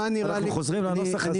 אנחנו חוזרים לנוסח הזה ולא חוזרים עוד פעם.